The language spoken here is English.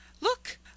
Look